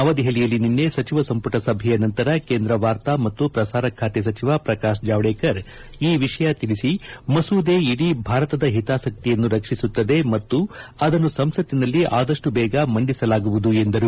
ನವದೆಹಲಿಯಲ್ಲಿ ನಿನ್ನೆ ಸಚಿವ ಸಂಪುಟ ಸಭೆಯ ನಂತರ ಕೇಂದ್ರ ವಾರ್ತಾ ಮತ್ತು ಪ್ರಸಾರ ಸಚಿವ ಪ್ರಕಾಶ್ ಜಾವಡೇಕರ್ ಈ ವಿಷಯ ತಿಳಿಸಿ ಮಸೂದೆ ಇಡೀ ಭಾರತದ ಹಿತಾಸಕ್ತಿಯನ್ನು ರಕ್ಷಿಸುತ್ತದೆ ಮತ್ತು ಅದನ್ನು ಸಂಸತ್ತಿನಲ್ಲಿ ಆದಪ್ಟು ಬೇಗ ಮಂಡಿಸಲಾಗುವುದು ಎಂದರು